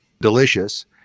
delicious